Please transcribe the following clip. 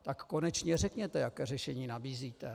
Tak konečně řekněte, jaké řešení nabízíte.